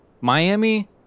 Miami